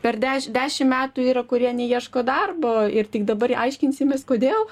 per deš dešim metų yra kurie neieško darbo ir tik dabar aiškinsimės kodėl